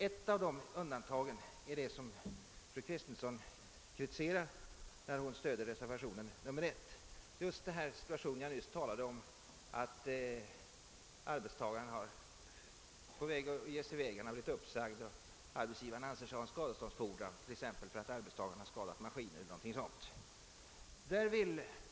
Ett av dessa undantag är det som fru Kristensson kritiserar när hon stöder reservationen 1. Det gäller just den situation jag nämnde där arbetstagaren blir uppsagd och skall lämna sin anställning och arbetsgivaren anser sig ha en skadeståndsfordran, t.ex. därför att arbetstagaren 'skadat en maskin eller dylikt.